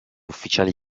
ufficiali